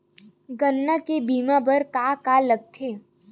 गन्ना के बीमा बर का का लगथे?